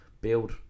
build